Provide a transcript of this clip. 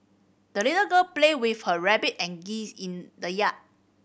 the little girl played with her rabbit and geese in the yard